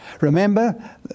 Remember